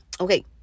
Okay